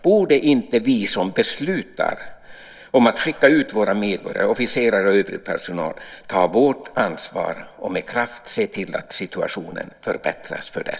Borde inte vi som beslutar om att skicka ut våra medborgare, officerare och övrig personal, ta vårt ansvar och med kraft se till att situationen förbättras för dem?